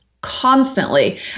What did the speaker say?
constantly